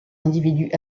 individus